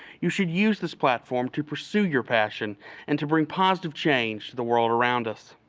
you should use this platform to pursue your passion and to bring positive change to the world around us.